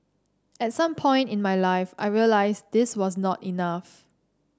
at some point in my life I realised this was not enough